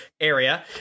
Area